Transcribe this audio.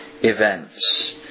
events